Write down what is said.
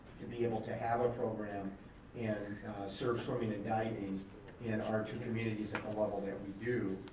to be able to have a program and serve swimming and diving in our two communities at the level that we do,